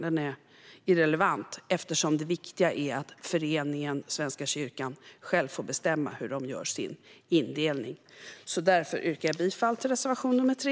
Den är irrelevant, eftersom det viktiga är att föreningen Svenska kyrkan själv får bestämma hur de gör sin indelning. Därför yrkar jag bifall till reservation 3.